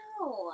No